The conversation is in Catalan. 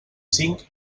cinc